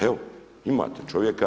Evo, imate čovjeka.